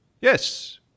Yes